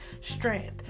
strength